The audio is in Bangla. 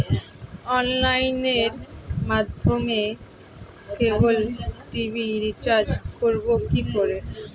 অনলাইনের মাধ্যমে ক্যাবল টি.ভি রিচার্জ করব কি করে?